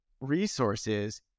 resources